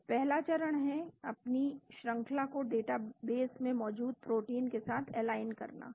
तो पहला चरण है अपनी श्रंखला को डेटा बेस में मौजूद प्रोटीन के साथ एलाइन करना